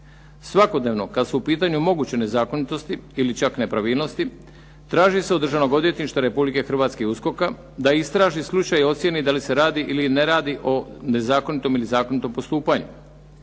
Svakodnevno kad su u pitanju moguće nezakonitosti ili čak nepravilnosti traži se od Državnog odvjetništva Republike Hrvatske i USKOK-a da istraži slučaj i ocijeni da li se radi ili ne radi o nezakonitom ili zakonitom postupanju.